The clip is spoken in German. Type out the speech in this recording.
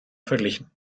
verglichen